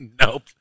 Nope